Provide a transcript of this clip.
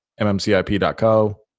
mmcip.co